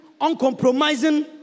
uncompromising